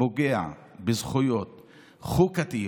פוגע בזכויות חוקתיות,